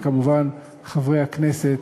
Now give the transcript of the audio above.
וכמובן חברי הכנסת,